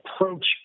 approach